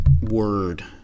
word